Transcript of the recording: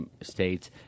States